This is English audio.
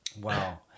Wow